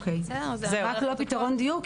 רק לא פתרון דיור.